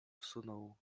wsunął